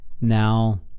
now